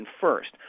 first